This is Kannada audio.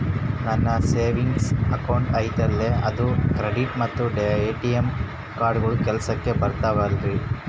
ನನ್ನ ಸೇವಿಂಗ್ಸ್ ಅಕೌಂಟ್ ಐತಲ್ರೇ ಅದು ಕ್ರೆಡಿಟ್ ಮತ್ತ ಎ.ಟಿ.ಎಂ ಕಾರ್ಡುಗಳು ಕೆಲಸಕ್ಕೆ ಬರುತ್ತಾವಲ್ರಿ?